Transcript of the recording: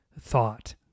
thought